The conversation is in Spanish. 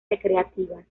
recreativas